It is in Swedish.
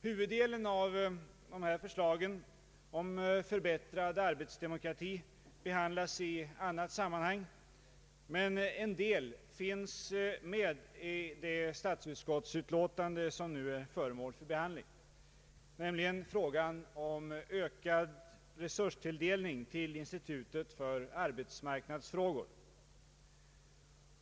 Huvuddelen av våra förslag om förbättrad arbetsdemokrati behandlas i annat sammanhang, men en del finns med i det statsutskottsutlåtande som nu är föremål för behandling, nämligen frågan om ökad resurstilldelning till institutet för arbetsmarknadsfrågor.